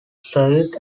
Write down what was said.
survived